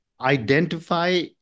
identify